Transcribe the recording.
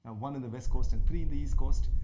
ah one in the west coast, and three in the east coast,